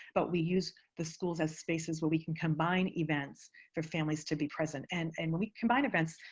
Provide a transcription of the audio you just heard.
but we use the schools as spaces where we can combine events for families to be present. and and when we combine events,